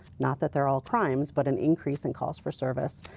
not that they are all crimes, but an increase in calls for service,